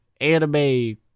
anime